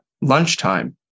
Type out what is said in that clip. lunchtime